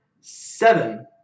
seven